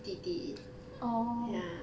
弟弟 ya